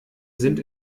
sind